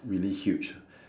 really huge